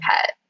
pet